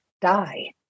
die